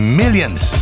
millions